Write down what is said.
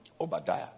Obadiah